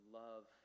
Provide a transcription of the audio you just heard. love